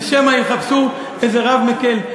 ושמא יחפשו איזה רב מקל,